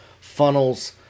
funnels